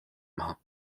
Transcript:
maha